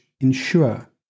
ensure